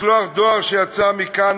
משלוח דואר שיצא מכאן,